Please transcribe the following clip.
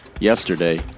yesterday